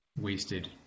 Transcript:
wasted